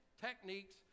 techniques